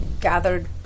gathered